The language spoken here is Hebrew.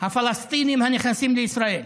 הפלסטינים הנכנסים לישראל,